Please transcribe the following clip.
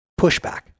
pushback